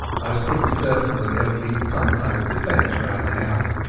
i was pretty certain that there would be some kind of defence round the house,